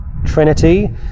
trinity